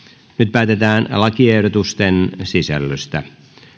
päätetään lakiehdotusten sisällöstä